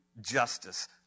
justice